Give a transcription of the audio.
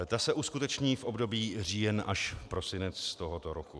Ta se uskuteční v období říjenprosinec tohoto roku.